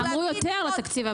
אמרו יותר בתקציב הבא.